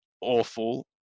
awful